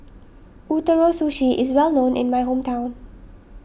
Ootoro Sushi is well known in my hometown